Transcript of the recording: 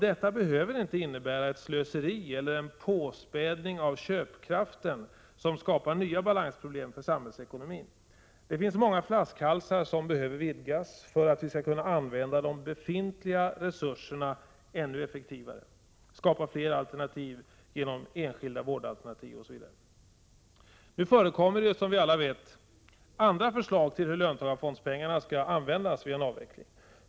Detta behöver inte innebära ett slöseri eller en påspädning av köpkraften, som skapar nya balansproblem för samhällsekonomin. Många flaskhalsar behöver vidgas för att vi skall kunna använda de befintliga resurserna ännu effektivare, skapa fler alternativ genom enskilda vårdalternativ, osv. Nu finns det, som vi alla vet, andra förslag till hur löntagarfondspengarna skall användas vid en avveckling.